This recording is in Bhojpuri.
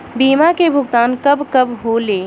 बीमा के भुगतान कब कब होले?